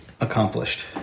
accomplished